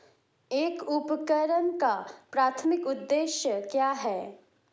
एक उपकरण का प्राथमिक उद्देश्य क्या है?